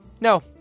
No